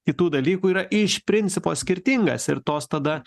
kitų dalykų yra iš principo skirtingas ir tos tada